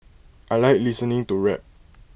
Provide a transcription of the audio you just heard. I Like listening to rap